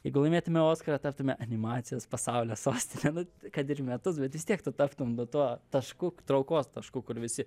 jeigu laimėtume oskarą taptume animacijos pasaulio sostine nu kad ir metus bet vis tiek tu taptum nu tuo tašku traukos tašku kur visi